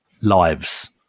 lives